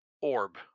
orb